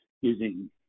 using